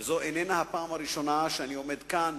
וזו איננה הפעם הראשונה שאני עומד כאן